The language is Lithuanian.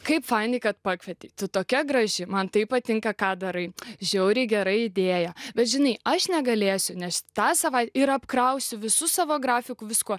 kaip fainai kad pakvietei tu tokia graži man taip patinka ką darai žiauriai gera idėja bet žinai aš negalėsiu nes tą savai ir apkrausiu visu savo grafiku viskuo